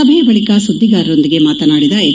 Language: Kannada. ಸಭೆಯ ಬಳಿಕ ಸುದ್ದಿಗಾರರೊಂದಿಗೆ ಮಾತನಾಡಿದ ಎಚ್